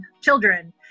children